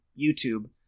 YouTube